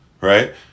right